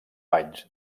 panys